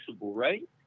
right